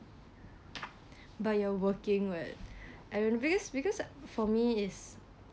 but you're working [what] I because because for me is